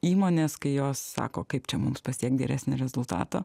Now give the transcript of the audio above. įmonės kai jos sako kaip čia mums pasiekt geresnį rezultatą